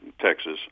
Texas